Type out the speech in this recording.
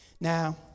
Now